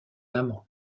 amant